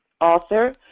author